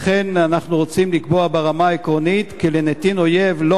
לכן אנחנו רוצים לקבוע ברמה העקרונית כי לנתין אויב לא